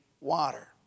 water